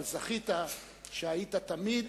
אבל זכית שהיית תמיד